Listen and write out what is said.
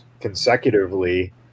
consecutively